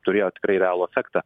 turėjo tikrai realų efektą